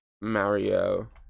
Mario